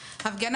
זו תפיסתי.